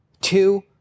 Two